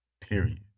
Period